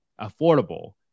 Affordable